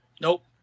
nope